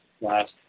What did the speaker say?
last